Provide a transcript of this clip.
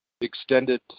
extended